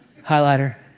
highlighter